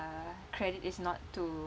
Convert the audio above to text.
uh credit is not to